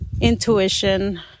intuition